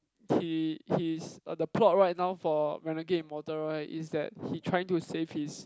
he his uh the plot right now for Renegade Immortal right is that he trying to save his